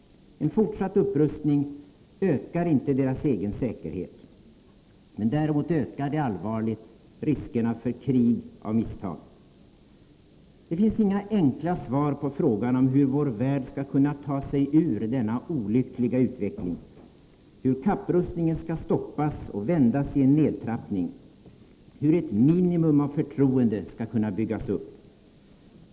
En fortsatt upprustning ökar inte deras egen säkerhet. Men däremot ökar det allvarligt riskerna för krig av misstag. Det finns inga enkla svar på frågan om hur vår värld skall kunna ta sig ur denna olyckliga utveckling, hur kapprustningen skall stoppas och vändas i en nedtrappning, hur ett minimum av förtroende skall kunna byggas upp.